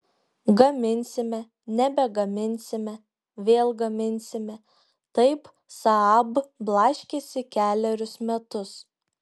gaminsime nebegaminsime vėl gaminsime taip saab blaškėsi kelerius metus